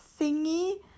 thingy